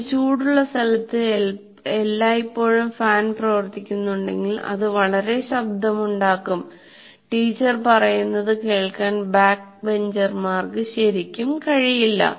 ഒരു ചൂടുള്ള സ്ഥലത്ത് എല്ലായ്പ്പോഴും ഫാൻ പ്രവർത്തിക്കുന്നുണ്ടെങ്കിൽ അത് വളരെ ശബ്ദം ഉണ്ടാക്കും ടീച്ചർ പറയുന്നത് കേൾക്കാൻ ബാക്ക്ബെഞ്ചർമാർക്ക് ശരിക്കും കഴിയില്ല